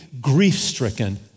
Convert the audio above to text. grief-stricken